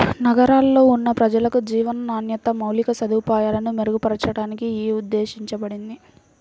నగరాల్లో ఉన్న ప్రజలకు జీవన నాణ్యత, మౌలిక సదుపాయాలను మెరుగుపరచడానికి యీ ఉద్దేశించబడింది